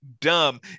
Dumb